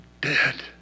dead